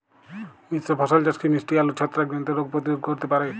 মিশ্র ফসল চাষ কি মিষ্টি আলুর ছত্রাকজনিত রোগ প্রতিরোধ করতে পারে?